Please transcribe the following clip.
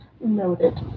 Noted